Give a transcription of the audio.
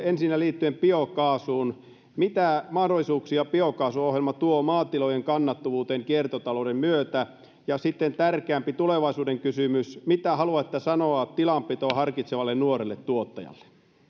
ensinnä liittyen biokaasuun mitä mahdollisuuksia biokaasuohjelma tuo maatilojen kannattavuuteen kiertotalouden myötä ja sitten tärkeämpi tulevaisuuden kysymys mitä haluatte sanoa tilanpitoa harkitsevalle nuorelle tuottajalle